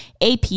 ap